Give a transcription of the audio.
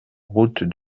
route